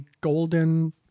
golden